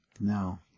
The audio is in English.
No